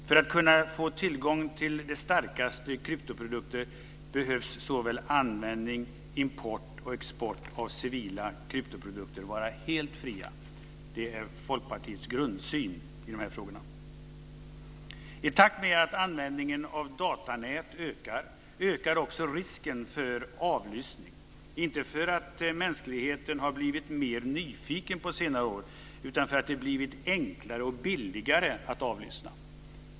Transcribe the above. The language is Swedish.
För att man ska få tillgång till de starkaste kryptoprodukterna behöver såväl användning som import och export av civila kryptoprodukter vara helt fri. Det är Folkpartiets grundsyn i dessa frågor. I takt med att användningen av datanät ökar, ökar också risken för avlyssning. Det sker inte för att mänskligheten har blivit mer nyfiken på senare år utan för att det har blivit enklare och billigare att avlyssna.